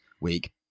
week